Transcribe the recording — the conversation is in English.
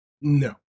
No